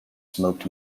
smoked